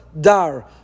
Dar